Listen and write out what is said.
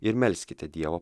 ir melskite dievo